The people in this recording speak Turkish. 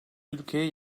ülkeye